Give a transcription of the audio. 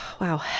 Wow